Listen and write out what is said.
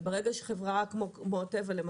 ברגע שחברה כמו טבע למשל,